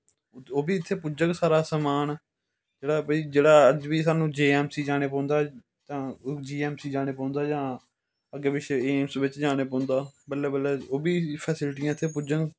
ओह् बी इत्थे पुज्जग सारा समान जेह्ड़ा भाई जेह्ड़ा अज्ज बी साह्नू जी ऐन सी जाना पौंदा जी ऐन सी जाना पौंदा जां अग्गें पिच्छें ऐमस बिच्च जाने पौंदा बल्लैं बल्लैं ओह् बी फैसलिटियां इत्थें पुजगंन